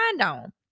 on